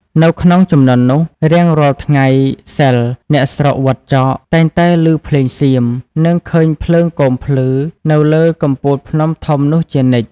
នៅក្នុងជំនាន់នោះ រាងរាល់ថ្ងៃសីលអ្នកស្រុកវត្តចក តែងតែឮភ្លេងសៀម និងឃើញភ្លើងគោមភ្លឺ នៅលើកំពូលភ្នំធំនោះជានិច្ច។